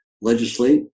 legislate